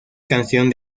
canción